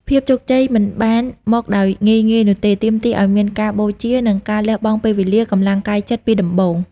ភាពជោគជ័យមិនបានមកដោយងាយៗនោះទេ ទាមទារឲ្យមានការបូជា និងការលះបង់ពេលវេលា កម្លាំងកាយចិត្តពីដំបូង។